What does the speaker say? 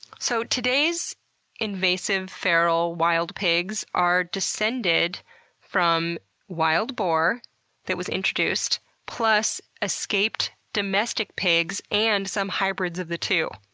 so, today's invasive, feral, wild pigs are descended from wild boar that was introduced plus escaped domestic pigs, and some hybrids of the two.